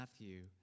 Matthew